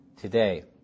today